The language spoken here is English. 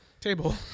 table